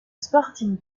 sporting